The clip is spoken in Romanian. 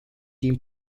din